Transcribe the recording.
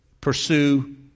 pursue